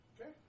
Okay